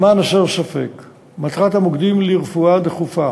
למען הסר ספק, מטרת המוקדים לרפואה דחופה